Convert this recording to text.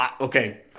Okay